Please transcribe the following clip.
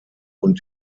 und